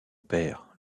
père